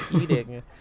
eating